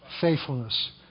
faithfulness